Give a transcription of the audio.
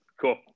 cool